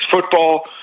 football